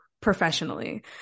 professionally